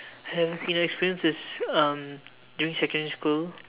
having seen and experienced is um during secondary school